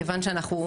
מכיוון שאנחנו,